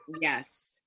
Yes